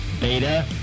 Beta